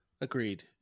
Agreed